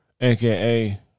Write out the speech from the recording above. AKA